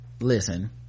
Listen